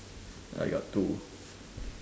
I got two